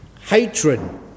hatred